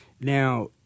now